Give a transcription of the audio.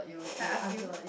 I ask you